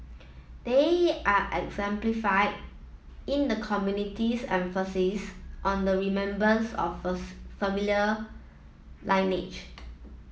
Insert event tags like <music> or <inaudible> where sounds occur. they are exemplified in the community's emphasis on the remembrance of <unintelligible> familiar lineage